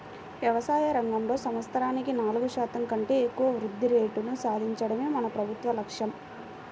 వ్యవసాయ రంగంలో సంవత్సరానికి నాలుగు శాతం కంటే ఎక్కువ వృద్ధి రేటును సాధించడమే మన ప్రభుత్వ లక్ష్యం